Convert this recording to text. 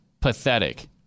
pathetic